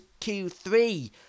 Q3